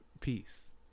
Peace